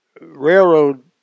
railroad